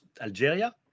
Algeria